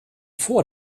vor